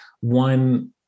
one